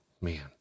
man